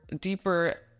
deeper